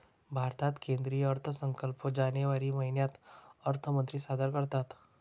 भारतात केंद्रीय अर्थसंकल्प जानेवारी महिन्यात अर्थमंत्री सादर करतात